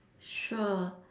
sure